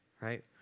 Right